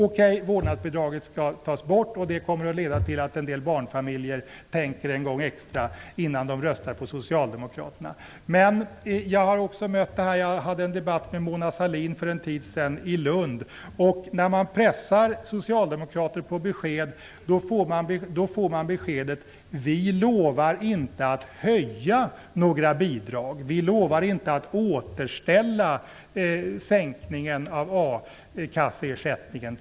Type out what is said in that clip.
Okej -- vårdnadsbidraget skall tas bort, och det kommer att leda till att en del barnfamiljer tänker en gång extra innan de röstar på Jag hade en debatt med Mona Sahlin för en tid sedan i Lund. När man pressar socialdemokrater på besked får man beskedet att de inte lovar att höja några bidrag. De lovar t.ex. inte att återställa sänkningen av a-kasseersättningen.